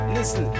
Listen